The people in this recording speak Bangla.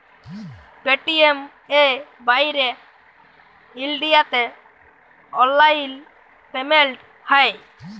পেটিএম এ ক্যইরে ইলডিয়াতে অললাইল পেমেল্ট হ্যয়